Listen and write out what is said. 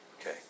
Okay